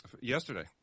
Yesterday